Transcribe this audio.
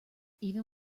even